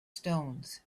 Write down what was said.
stones